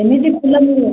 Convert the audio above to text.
ଏମିତି ଫୁଲ ମିଳିବ